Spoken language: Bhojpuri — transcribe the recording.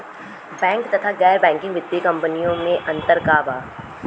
बैंक तथा गैर बैंकिग वित्तीय कम्पनीयो मे अन्तर का बा?